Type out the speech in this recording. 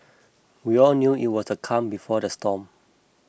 we all knew it was a calm before the storm